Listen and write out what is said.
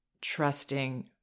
trusting